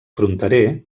fronterer